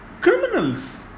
criminals